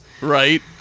Right